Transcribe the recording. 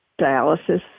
dialysis